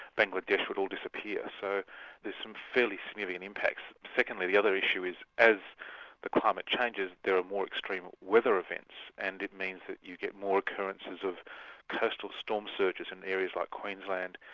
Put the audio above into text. bangladesh, would all disappear. so there's some fairly significant impacts. secondly, the other issue is as the climate changes there are more extreme weather events, and it means that you get more occurrences of coastal storm surges in areas like queensland,